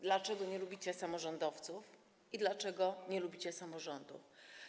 Dlaczego nie lubicie samorządowców i dlaczego nie lubicie samorządu?